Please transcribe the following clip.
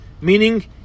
Meaning